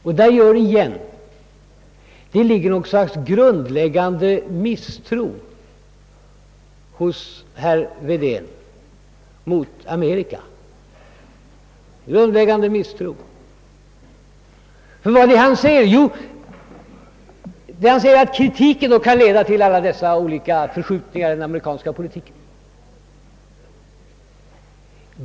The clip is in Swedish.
Och det går igen. Det ligger något slag av grundläggande misstro mot Amerika hos herr Wedén. Ty vad är det han säger? Jo, han säger att kritiken kan leda till alla dessa olika förskjutningar i den amerikanska politiken.